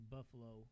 Buffalo